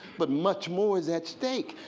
but much more is at stake.